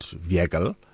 vehicle